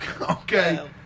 Okay